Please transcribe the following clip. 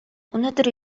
өнөөдөр